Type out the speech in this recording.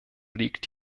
legt